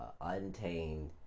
untamed